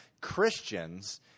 Christians